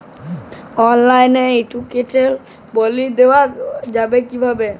অনলাইনে ইলেকট্রিসিটির বিল দেওয়া যাবে কিভাবে?